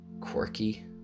quirky